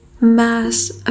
mass